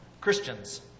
Christians